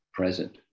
present